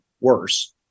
worse